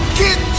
get